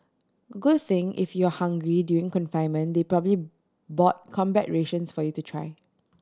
good thing if you're hungry during confinement they probably bought combat rations for you to try